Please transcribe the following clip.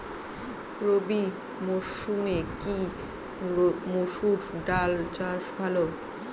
রবি মরসুমে কি মসুর ডাল চাষ ভালো হয়?